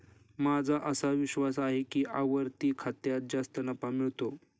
माझा असा विश्वास आहे की आवर्ती खात्यात जास्त नफा मिळतो